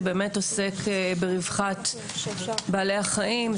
שעוסק ברווחת בעלי החיים.